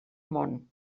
món